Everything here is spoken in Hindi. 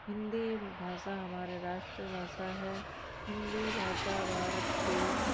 हिन्दी भाषा हमारी राष्ट्रभाषा है हिन्दी भाषा भारत के